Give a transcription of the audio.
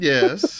Yes